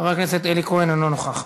אינו נוכח.